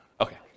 Okay